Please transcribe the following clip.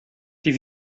die